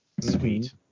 Sweet